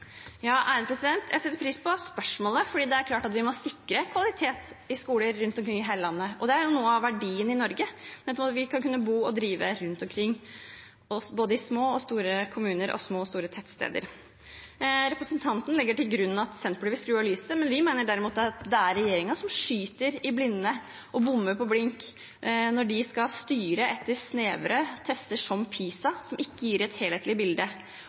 Jeg setter pris på spørsmålet, for det er klart at vi må sikre kvalitet i skolene rundt omkring i hele landet. Det er en av verdiene i Norge nettopp at vi kan bo og drive i både store og små kommuner og på små og store tettsteder. Representanten Kristensen legger til grunn at Senterpartiet vil skru av lyset, men vi mener derimot det er regjeringen som skyter i blinde og bommer på blink når de skal styre etter snevre tester som PISA, som ikke gir et helhetlig bilde.